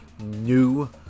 new